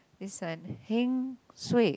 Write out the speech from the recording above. this one heng suay